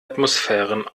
atmosphären